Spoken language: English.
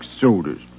soldiers